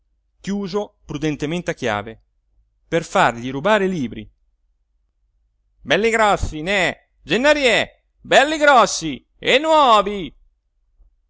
chiuso prudentemente a chiave per fargli rubare i libri belli grossi neh gennarie belli grossi e nuovi